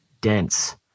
dense